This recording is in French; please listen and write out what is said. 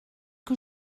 que